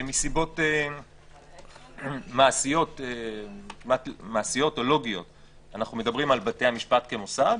מסיבות מעשיות או לוגיות אנחנו מדברים על בתי המשפט כמוסד,